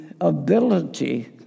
ability